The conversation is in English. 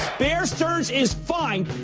bear stearns is fine.